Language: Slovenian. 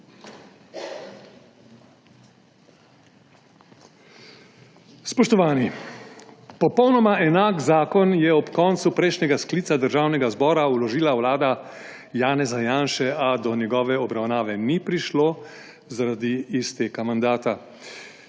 Spoštovani! Popolnoma enak zakon je ob koncu prejšnjega sklica Državnega zbora vložila vlada Janeza Janše, a do njegove obravnave ni prišlo zaradi izteka mandata.